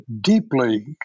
deeply